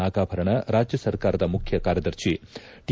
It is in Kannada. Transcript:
ನಾಗಾಭರಣ ರಾಜ್ಯ ಸರ್ಕಾರದ ಮುಖ್ಯ ಕಾರ್ಯದರ್ಶಿ ಟಿ